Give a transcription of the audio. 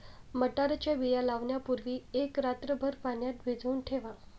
मटारच्या बिया लावण्यापूर्वी एक रात्रभर पाण्यात भिजवून ठेवा